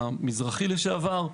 המזרחי לשעבר.